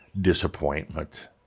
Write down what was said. disappointment